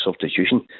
substitution